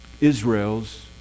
Israel's